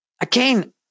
Again